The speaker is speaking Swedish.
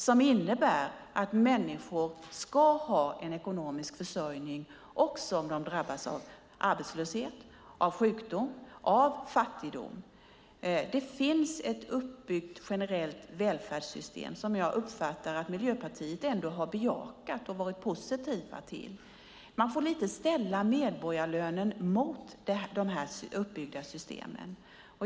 Det innebär att människor ska ha en ekonomisk försörjning om de drabbas av arbetslöshet, sjukdom och fattigdom. Det finns ett uppbyggt generellt välfärdssystem som jag uppfattar att Miljöpartiet ändå har bejakat och varit positivt till. Man får lite ställa medborgarlönen mot de uppbyggda systemen.